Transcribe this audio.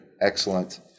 excellent